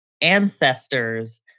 ancestors